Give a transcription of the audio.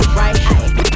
right